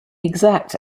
exact